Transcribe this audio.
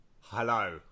Hello